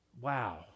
Wow